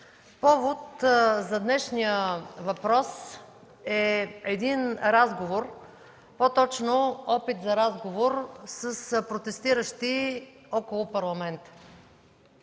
Повод за днешния въпрос е разговор, по-точно опит за разговор с протестиращи около Парламента.